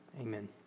amen